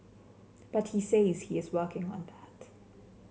but he says he is working on that